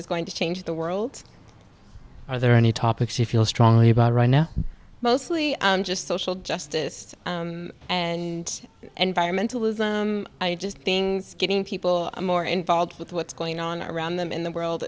is going to change the world are there any topics you feel strongly about right now mostly just social justice and environmentalism i just things getting people more involved with what's going on around them in the world